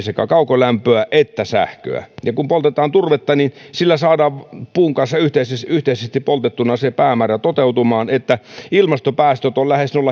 sekä kaukolämpöä että sähköä ja kun poltetaan turvetta niin sillä saadaan puun kanssa yhteisesti yhteisesti poltettuna toteutumaan se päämäärä että ilmastopäästöt ovat lähes nolla